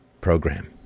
program